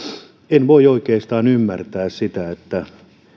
en voi oikeastaan ymmärtää sitä että